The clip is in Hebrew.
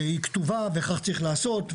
היא כתובה וכך צריך לעשות.